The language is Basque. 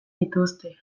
dituzte